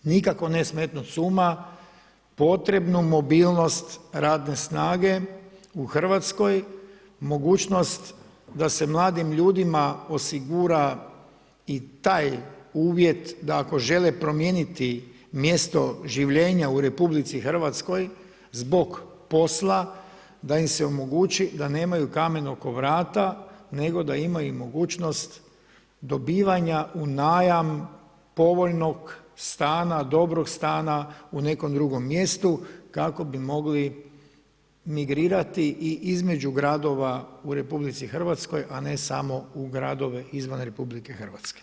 Nikako ne smetnut s uma potrebnu mobilnost radne snage u RH, mogućnost da se mladim ljudima osigura i taj uvjet da ako žele promijeniti mjesto življenja u RH zbog posla, da im se omogući da nemaju kamen oko vrata nego da imaju mogućnost dobivanja u najam povoljnog stana, dobrog stana u nekom drugom mjestu kako bi mogli migrirati i između gradova u RH, a ne samo u gradove izvan RH.